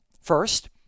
First